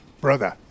brother